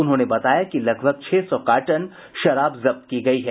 उन्होंने बताया कि लगभग छह सौ कार्टन शराब जब्त की गयी है